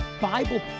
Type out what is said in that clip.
Bible